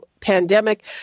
pandemic